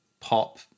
pop